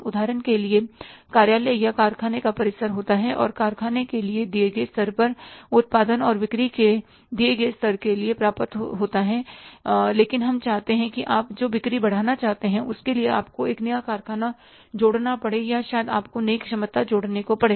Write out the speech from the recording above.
उदाहरण के लिए कार्यालय या कारखाने का परिसर होता है और कारखाने के दिए गए स्तर पर उत्पादन और बिक्री के दिए गए स्तर के लिए पर्याप्त होता है लेकिन हम चाहते हैं कि आप जो बिक्री बढ़ाना चाहते हैंउसके लिए आपको एक नया कारखाना जोड़ना पढ़े या शायद आपको नई क्षमता जोड़ने को पढ़े